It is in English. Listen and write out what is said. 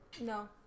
No